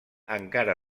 encara